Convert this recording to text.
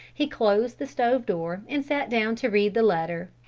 he closed the stove door and sat down to read the letter.